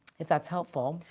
is that's helpful.